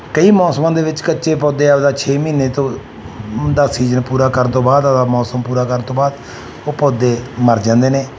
ਕਈ ਮੌਸਮਾਂ ਦੇ ਵਿੱਚ ਕੱਚੇ ਪੌਦੇ ਆਪਦਾ ਛੇ ਮਹੀਨੇ ਤੋਂ ਦਾ ਸੀਜਨ ਪੂਰਾ ਕਰਨ ਤੋਂ ਬਾਅਦ ਮੌਸਮ ਪੂਰਾ ਕਰਨ ਤੋਂ ਬਾਅਦ ਉਹ ਪੌਦੇ ਮਰ ਜਾਂਦੇ ਨੇ